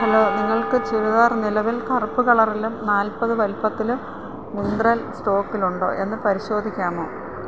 hello നിങ്ങൾക്ക് ചുരിദാർ നിലവിൽ കറുപ്പ് കളറിലും നാൽപ്പത് വലുപ്പത്തിലും മിന്ത്രെൽ സ്റ്റോക്കിലുണ്ടോ എന്ന് പരിശോധിക്കാമോ